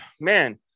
man